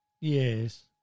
Yes